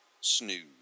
snooze